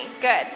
good